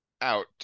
out